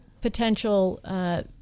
potential